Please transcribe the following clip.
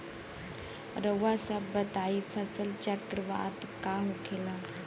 रउआ सभ बताई फसल चक्रवात का होखेला?